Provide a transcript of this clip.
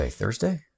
Thursday